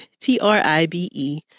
T-R-I-B-E